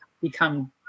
become